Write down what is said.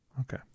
okay